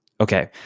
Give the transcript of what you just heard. Okay